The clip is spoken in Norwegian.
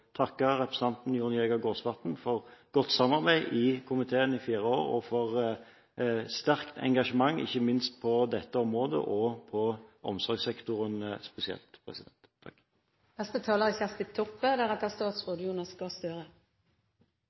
takke representanten Jon Jæger Gåsvatn for godt samarbeid i komiteen i fire år og for sterkt engasjement, ikke minst på dette området, og for omsorgssektoren spesielt. Det vil alltid skje feil på legevakt. Det skjer veldig mykje bra på legevakter rundt omkring. Det er